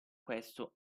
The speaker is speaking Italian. questo